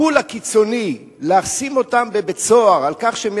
הטיפול הקיצוני לשים אותם בבית-סוהר על כך שהם